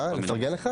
מי בעד?